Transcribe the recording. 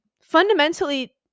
fundamentally